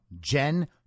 Jen